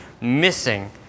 missing